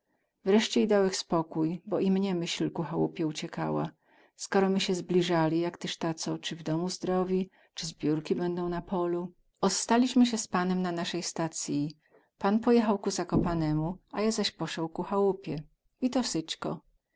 wreście i dałech spokój bo i mnie myśl ku chałupie uciekała skoro my sie zblizali jak tyz ta co cy w domu zdrowi cy zbiórki bedą na polu ozstalimy sie z panem na nasej stacyi pan pojechał ku zakopanemu a ja zaś poseł ku chałupie i to